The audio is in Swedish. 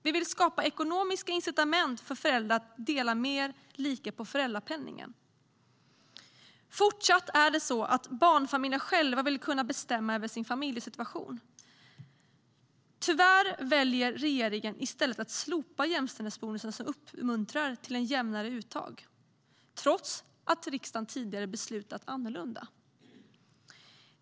Vi vill skapa ekonomiska incitament för föräldrar att dela mer lika på föräldrapenningen. Barnfamiljerna vill även i fortsättningen själva bestämma över sin familjesituation. Tyvärr väljer regeringen i stället att slopa jämställdhetsbonusen, som uppmuntrar till ett jämnare uttag - trots att riksdagen tidigare beslutat annorlunda.